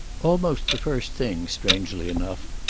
almost the first thing, strangely enough,